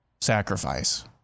sacrifice